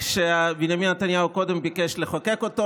כשבנימין נתניהו קודם ביקש לחוקק אותו,